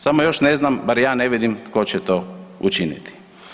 Samo još ne znam, bar ja ne vidim tko će to učiniti.